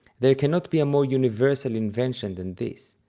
there cannot be a more universal invention than this.